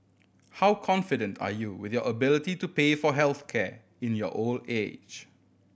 how confident are you with your ability to pay for health care in your old age